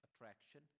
attraction